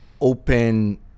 open